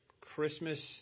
Christmas